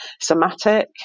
somatic